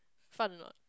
fun or not